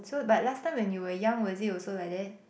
so but last time when you were young was it also like that